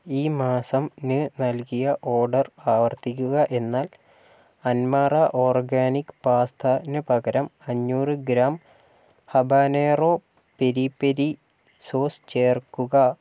ഈ മാസം ന് നൽകിയ ഓർഡർ ആവർത്തിക്കുക എന്നാൽ അൻമാറ ഓർഗാനിക് പാസ്തന് പകരം അഞ്ഞൂറ് gram habanero peri peri sauce ചേർക്കുക